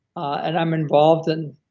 and i'm involved in.